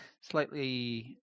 slightly